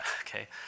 okay